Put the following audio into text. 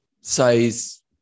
says